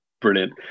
Brilliant